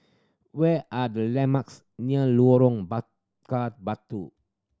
where are the landmarks near Lorong Bakar Batu